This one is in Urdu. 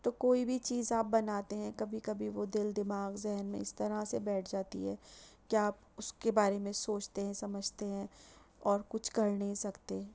تو کوئی بھی چیز آپ بناتے ہیں کبھی کبھی وہ دل دماغ ذہن میں اس طرح سے بیٹھ جاتی ہے کیا آپ اس کے بارے میں سوچتے ہیں سمجھتے ہیں اور کچھ کر نہیں سکتے